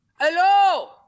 Hello